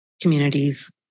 communities